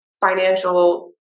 financial